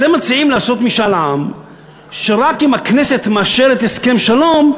אתם מציעים לעשות משאל עם רק אם הכנסת מאשרת הסכם שלום,